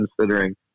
considering